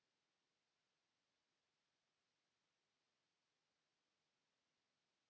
Kiitos.